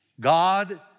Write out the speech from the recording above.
God